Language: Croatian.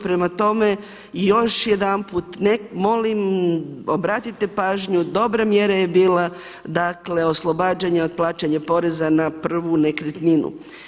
Prema tome još jedanput molim obratite pažnju, dobra mjera je bila, dakle oslobađanja od plaćanja poreza na prvu nekretninu.